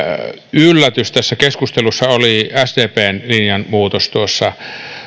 yllätys tässä keskustelussa oli sdpn linjanmuutos